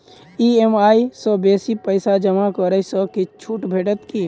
EMI सँ बेसी पैसा जमा करै सँ किछ छुट भेटत की?